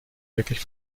merklich